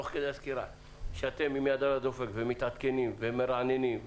לפני שאתם מתמקדים בבחינות,